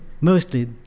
Mostly